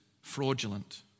fraudulent